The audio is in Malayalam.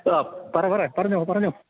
ആ പറയൂ പറയൂ പറഞ്ഞോ പറഞ്ഞോ